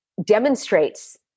demonstrates